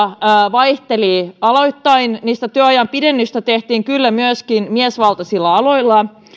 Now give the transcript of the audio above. vaihtelivat aloittain niin työajan pidennystä tehtiin kyllä myöskin miesvaltaisilla aloilla